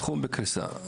תחום בקריסה,